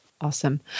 Awesome